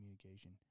communication